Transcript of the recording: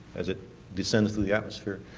as it descends through the atmosphere,